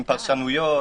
פרשנויות.